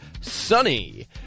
sunny